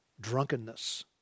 drunkenness